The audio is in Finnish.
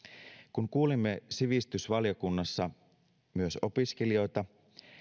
kun kuulimme sivistysvaliokunnassa myös opiskelijoita